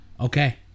Okay